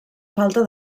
falta